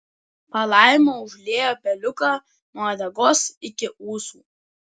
palaima užliejo peliuką nuo uodegos iki ūsų